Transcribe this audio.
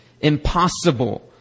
impossible